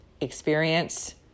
experience